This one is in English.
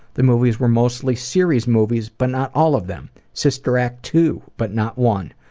the movies were mostly serious movies but not all of them. sister act two, but not one.